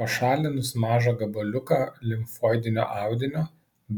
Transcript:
pašalinus mažą gabaliuką limfoidinio audinio